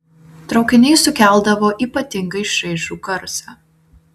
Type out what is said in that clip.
traukiniai sukeldavo ypatingai šaižų garsą